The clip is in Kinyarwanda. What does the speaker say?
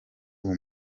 uwo